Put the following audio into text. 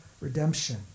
redemption